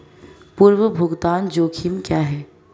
पूर्व भुगतान जोखिम क्या हैं?